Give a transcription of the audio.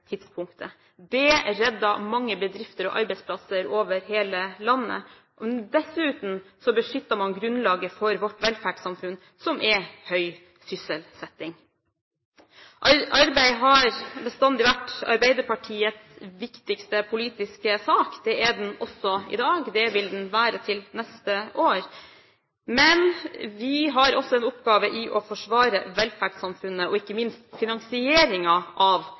Det reddet mange bedrifter og arbeidsplasser over hele landet. Dessuten beskyttet man grunnlaget for vårt velferdssamfunn, som er høy sysselsetting. Arbeid har bestandig vært Arbeiderpartiets viktigste politiske sak. Det er det også i dag. Det vil det være til neste år. Men vi har også en oppgave i å forsvare velferdssamfunnet og ikke minst finansieringen av